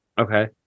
Okay